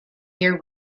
year